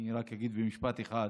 אני רק אגיד במשפט אחד: